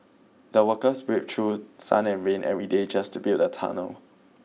the workers braved through sun and rain every day just to build the tunnel